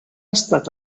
estat